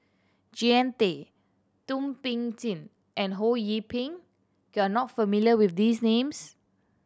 Jean Tay Thum Ping Tjin and Ho Yee Ping you are not familiar with these names